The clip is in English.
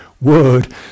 word